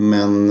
Men